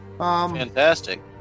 Fantastic